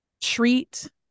treat